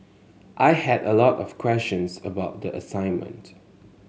I had a lot of questions about the assignment